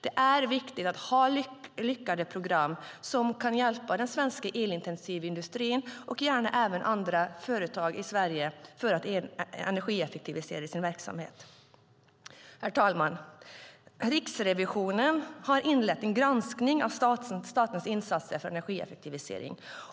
Det är viktigt att ha lyckade program som kan hjälpa den svenska elintensiva industrin och gärna även andra företag i Sverige att energieffektivisera sin verksamhet. Herr talman! Riksrevisionen har inlett en granskning av statens insatser för energieffektivisering.